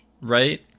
right